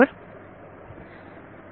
बरोबर